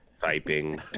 typing